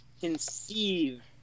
conceive